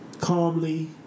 calmly